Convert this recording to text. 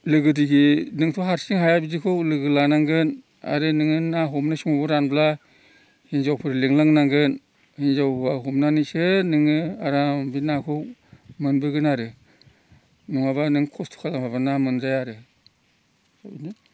लोगो दिगि नोंथ' हारसिं हाया बिदिखौ लोगो लानांगोन आरो नोङो ना हमनाय समावबो रानब्ला हिनजावफोर लिंलांनांगोन हिनजाव हौवा हमनानैसो नोङो आरामसे नाखौ मोनबोगोन आरो नङाब्ला नों खस्थ' खालामाब्ला ना मोनजाया आरो बेनो